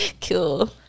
cool